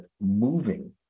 moving